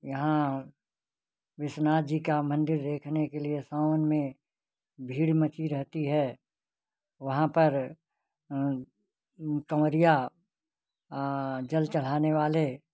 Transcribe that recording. यहाँ विश्वनाथ जी का मंदिर देखने के लिए सावन में भीड़ मची रहती है वहाँ पर कंवरिया जल चढ़ाने वाले